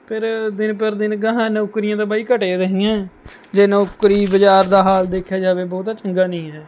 ਫਿਰ ਦਿਨ ਪਰ ਦਿਨ ਗਾਹਾਂ ਨੌਕਰੀਆਂ ਦਾ ਬਾਈ ਘੱਟ ਹੀ ਰਹੀਆਂ ਜੇ ਨੌਕਰੀ ਬਜ਼ਾਰ ਦਾ ਹਾਲ ਦੇਖਿਆ ਜਾਵੇ ਬਹੁਤ ਚੰਗਾ ਨਹੀਂ ਹੈ